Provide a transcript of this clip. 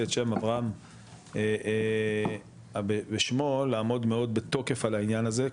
את שם אברהם בשמו לעמוד מאוד בתוקף על העניין הזה,